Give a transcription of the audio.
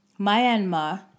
Myanmar